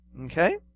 Okay